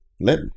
let